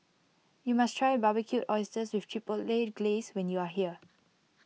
you must try Barbecued Oysters with Chipotle Glaze when you are here